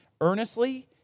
Earnestly